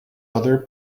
other